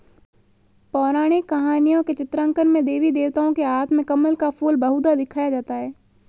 पौराणिक कहानियों के चित्रांकन में देवी देवताओं के हाथ में कमल का फूल बहुधा दिखाया जाता है